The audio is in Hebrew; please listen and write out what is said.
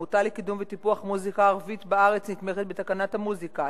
העמותה לקידום וטיפוח מוזיקה ערבית בארץ נתמכת בתקנת המוזיקה.